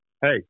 hey